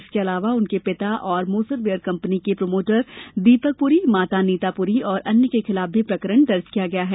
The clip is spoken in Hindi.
इसके अलावा उसके पिता एवं मोजेर बियर कंपनी के प्रोमोटर दीपक पुरी माता नीता पुरी और अन्य के खिलाफ भी प्रकरण दर्ज किया है